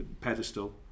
pedestal